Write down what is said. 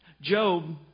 Job